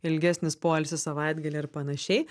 ilgesnis poilsis savaitgalį ar panašiai